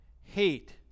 Hate